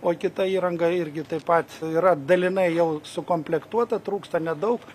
o kita įranga irgi taip pat yra dalinai jau sukomplektuota trūksta nedaug